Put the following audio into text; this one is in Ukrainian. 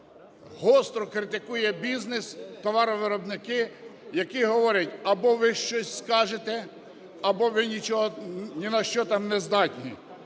гостро критикує бізнес, товаровиробники, які говорять: або ви щось скажете, або ви ні на що там не здатні.